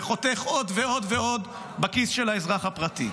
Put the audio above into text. וחותך עוד ועוד ועוד בכיס של האזרח הפרטי.